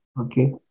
Okay